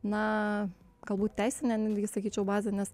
na galbūt teisinė netgi sakyčiau bazė nes